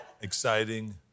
exciting